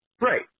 Right